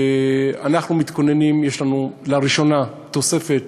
יש לנו לראשונה תוספת